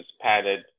padded